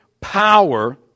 power